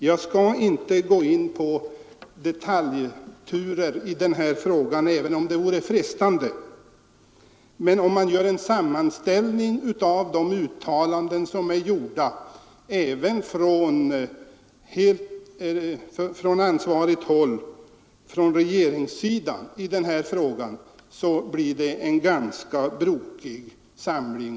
Jag skall inte gå in på detaljturer i den här frågan, även om det vore frestande, men om man sammanställer de uttalanden som gjorts från ansvarigt håll — bl.a. från regeringssidan — i den här frågan blir det en ganska brokig samling.